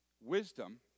wisdom